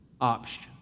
option